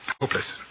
Hopeless